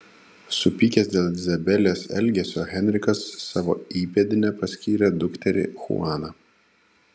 supykęs dėl izabelės elgesio henrikas savo įpėdine paskyrė dukterį chuaną